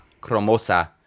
Cromosa